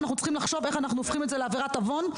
שאנחנו צריכים לחשוב איך אנחנו הופכים את זה לעבירת עוון,